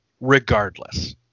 regardless